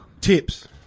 Tips